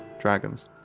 dragons